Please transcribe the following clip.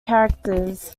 characters